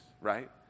right